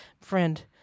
friend